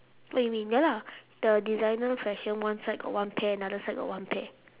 what you mean ya lah the designer fashion one side got one pair another side got one pair